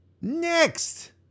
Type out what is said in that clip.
Next